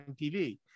TV